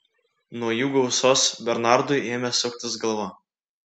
nuo jų gausos bernardui ėmė suktis galva